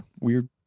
weird